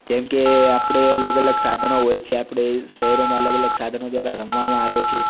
જેમ કે આપણે અલગ અલગ સાધનો હોય છે આપણે શહેરોમાં અલગ અલગ સાધનો રમવામાં આવે છે